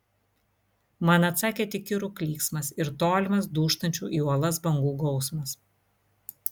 man atsakė tik kirų klyksmas ir tolimas dūžtančių į uolas bangų gausmas